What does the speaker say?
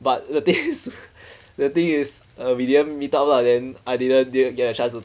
but is the thing is the thing is uh we didn't meet up lah then I didn't get a chance to